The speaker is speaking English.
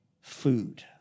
food